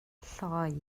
lloi